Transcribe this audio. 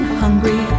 hungry